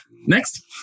Next